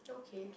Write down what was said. okay